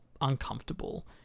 uncomfortable